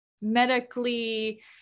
medically